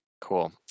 Cool